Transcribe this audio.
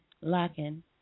locking